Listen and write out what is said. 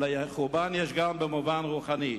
אלא חורבן יש גם במובן רוחני.